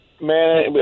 Man